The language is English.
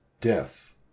death